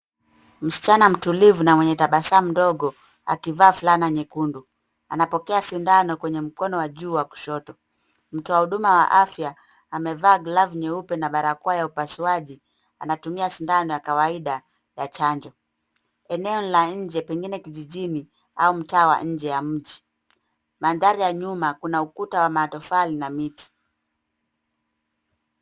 Msichana mtulivu na mwenye tabasamu ndogo, akivaa fulana nyekundu. Anapokea sindano kwenye mkono wa juu wa kushoto. Mtu wa huduma ya afya, amevaa glavu nyeupe na barakoa ya upasuaji. Anatumia sindano ya kawaida ya chanjo. Eneo la nje, pengine kijijini au mtaa wa nje ya mji. Mandhari ya nyuma, kuna ukuta wa matofali na miti.